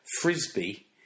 frisbee